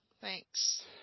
Thanks